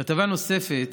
כתבה נוספת